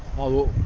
my watch